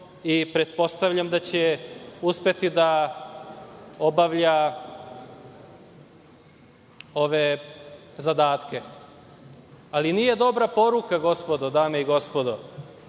i pretpostavljam da će uspeti da obavlja ove zadatke. Ali, nije dobra poruka, dame i gospodo,